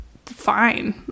fine